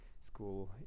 school